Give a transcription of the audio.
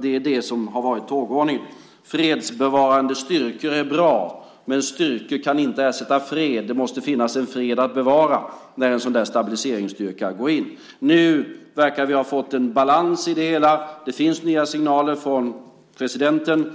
Det är det som har varit tågordningen. Fredsbevarande styrkor är bra men styrkor kan inte ersätta fred. Det måste finnas en fred att bevara när en sådan där stabiliseringsstyrka går in. Nu verkar vi ha fått en balans i det hela. Det finns nya signaler från presidenten.